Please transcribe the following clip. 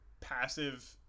passive